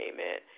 Amen